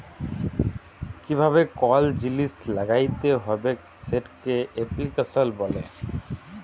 কিভাবে কল জিলিস ল্যাগ্যাইতে হবেক সেটকে এপ্লিক্যাশল ব্যলে